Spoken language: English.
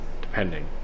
Depending